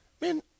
man